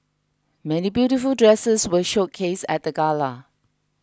many beautiful dresses were showcased at the gala